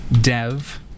dev